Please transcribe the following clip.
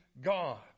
God